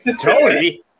Tony